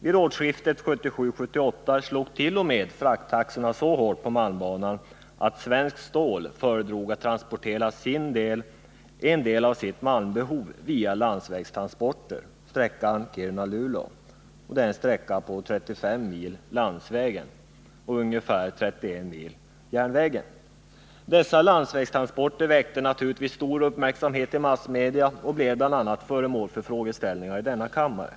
Vid årsskiftet 1977-1978 slog t.o.m. frakttaxorna så hårt på malmbanan att Svenskt Stål föredrog att transportera en del av sitt malmbehov via landsvägstransporter — på sträckan Kiruna—-Luleå innebär det 35 mil landsväg och ungefär 31 mil järnväg. Dessa landsvägstransporter väckte naturligtvis stor uppmärksamhet i massmedia och blev bl.a. föremål för frågeställningar i denna kammare.